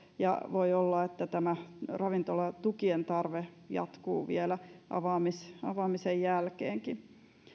ja voi olla että tämä ravintolatukien tarve jatkuu vielä avaamisen avaamisen jälkeenkin